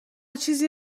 چیزی